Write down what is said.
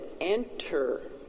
enter